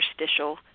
interstitial